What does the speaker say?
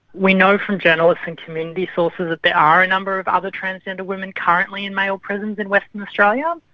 we know from journalists and community sources that there are a number of other transgender women currently in male prisons in western australia.